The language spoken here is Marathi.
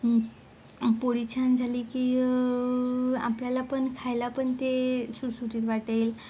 पोळी छान झाली की आपल्याला पण खायलापण ते सुटसुटीत वाटेल